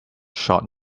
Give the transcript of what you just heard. short